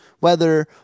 weather